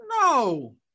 No